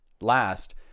last